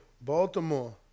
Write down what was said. Baltimore